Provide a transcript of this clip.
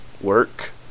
work